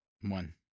One